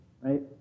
right